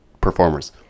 performers